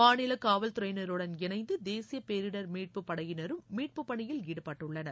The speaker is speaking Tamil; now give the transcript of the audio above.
மாநில காவல்துறையினருடன் இணைந்து தேசிய பேரிடர் மீட்பு படையும் மீட்பு பணியில் ஈடுபட்டுள்ளனர்